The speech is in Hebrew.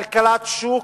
כלכלת שוק.